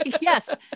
Yes